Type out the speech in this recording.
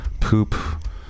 poop